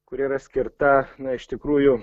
kur yra skirta na iš tikrųjų